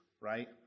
right